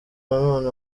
nanone